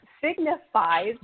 signifies